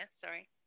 sorry